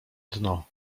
dno